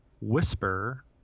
whisper –